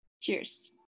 Cheers